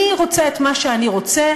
אני רוצה את מה שאני רוצה,